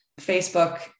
Facebook